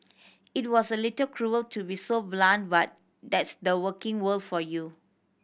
it was a little cruel to be so blunt but that's the working world for you